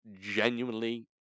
genuinely